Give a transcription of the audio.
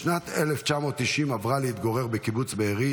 בשנת 1990 עברה להתגורר בקיבוץ בארי